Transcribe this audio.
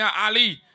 Ali